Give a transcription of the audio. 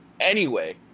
Anyway-